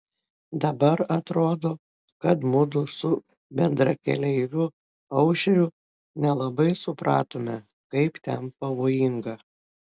dabar atrodo kad mudu su bendrakeleiviu aušriu nelabai supratome kaip ten pavojinga